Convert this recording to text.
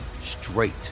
straight